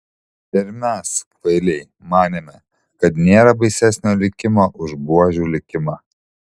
ir mes kvailiai manėme kad nėra baisesnio likimo už buožių likimą